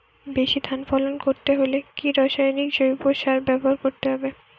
বেশি ধান ফলন করতে হলে কি রাসায়নিক জৈব সার ব্যবহার করতে হবে?